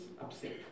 upset